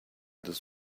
dos